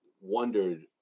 wondered